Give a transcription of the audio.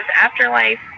afterlife